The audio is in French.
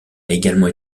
également